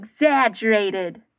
exaggerated